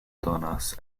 donas